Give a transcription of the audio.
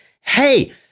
hey